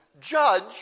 judge